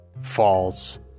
falls